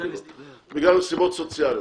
בגלל סיבות סוציאליות.